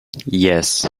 yes